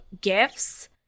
gifts